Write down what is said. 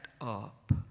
up